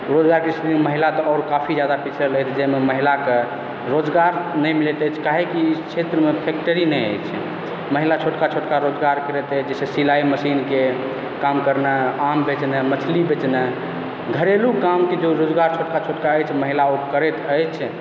रोजगारके स्थितिमे महिला तऽ आओर काफी ज्यादा पिछड़ल अछि जैमे महिलाके रोजगार नहि मिलैत अछि काहेकि ई क्षेत्रमे फैक्ट्री नहि अछि महिला छोटका छोटका रोजगार करैत अछि जैसे सिलाइ मशीनके काम करनाइ आम बेचनाइ मछली बेचनाइ घरेलू कामके रोजगार जे छोटका छोटका अछि महिला ओ करैत अछि